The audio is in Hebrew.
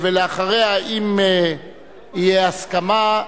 לאחריה, אם תהיה הסכמה,